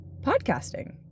podcasting